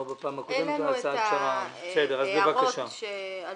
בפעם הקודמת -- אין לנו את ההערות שעלו.